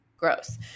Gross